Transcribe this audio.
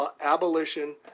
abolition